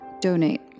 donate